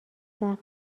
زخم